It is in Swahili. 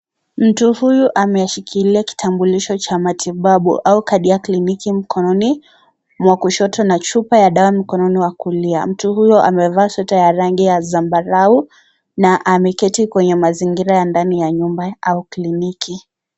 Mtu huyu, ameshikilia kitambulisho cha matibabu au kadi ya kliniki mkononi mwa kushoto na chupa ya dawa mkononi wa kulia. Mtu huyo, amevaa sweta ya rangi ya zambarau na ameketi kwenye mazingira ya ndani ya nyumba au kliniki.